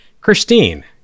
Christine